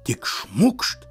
tik šmukšt